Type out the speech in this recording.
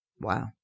Wow